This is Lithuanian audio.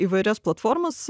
įvairias platformas